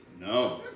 No